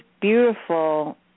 beautiful